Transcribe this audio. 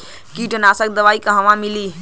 कीटनाशक दवाई कहवा मिली?